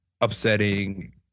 upsetting